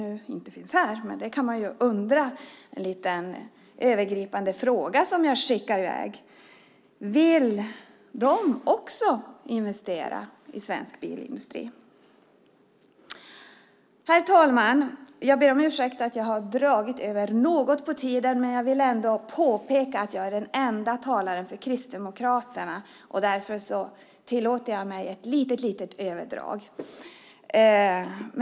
Nu finns ingen från Miljöpartiet närvarande i kammaren, men man kan ju undra, och jag skickar därför i väg en liten övergripande fråga: Vill Miljöpartiet också investera i svensk bilindustri? Herr talman! Jag ber om ursäkt för att jag något överskridit den anmälda talartiden, men jag vill påpeka att jag är den enda talaren för Kristdemokraterna och därför tillåter jag mig ett litet överdrag.